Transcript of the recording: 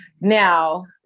Now